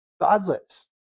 godless